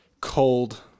cold